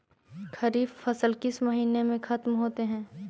खरिफ फसल किस महीने में ख़त्म होते हैं?